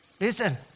Listen